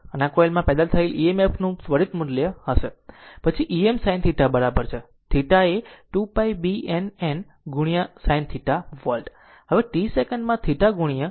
તેથી અને કોઇલમાં પેદા થયેલ EMFનું ત્વરિત મૂલ્ય હશે પછી e Em sin θ બરાબર છે θ એ 2 π B N n ગુણ્યા sin θ વોલ્ટ છે